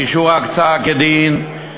אישור הקצאה כדין,